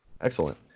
Excellent